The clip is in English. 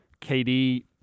KD